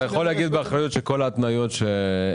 אתה יכול להגיד באחריות שכל ההתניות שהיו,